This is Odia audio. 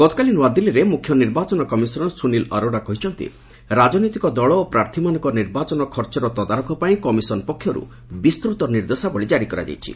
ଗତକାଲି ନ୍ତଆଦିଲ୍ଲୀରେ ମୁଖ୍ୟ ନିର୍ବାଚନ କମିଶନର୍ ସୁନିଲ୍ ଅରୋଡ଼ା କହିଛନ୍ତି ରାଜନୈତିକ ଦଳ ଓ ପ୍ରାର୍ଥୀମାନଙ୍କ ନିର୍ବାଚନ ଖର୍ଚ୍ଚର ତଦାରଖ ପାଇଁ କମିଶନ୍ ପକ୍ଷରୁ ବିସ୍ତୃତ ନିର୍ଦ୍ଦେଶାବଳୀ ଜାରି କରାଯାଇଛି